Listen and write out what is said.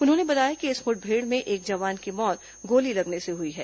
उन्होंने बताया कि इस मुठभेड़ में एक जवान की मौत गोली लगने से हुई है